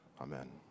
Amen